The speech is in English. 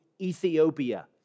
Ethiopia